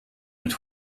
mit